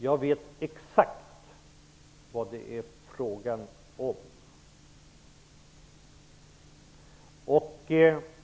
Jag vet exakt vad det är fråga om.